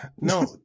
no